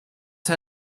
her